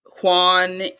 Juan